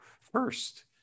first